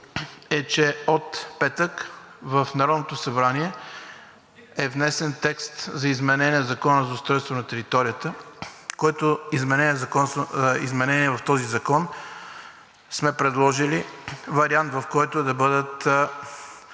е, че от петък в Народното събрание е внесен текст за изменение на Закона за устройство на територията. В изменението на този закон сме предложили вариант, в който да бъдат